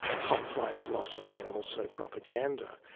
top-flight philosophy and also propaganda,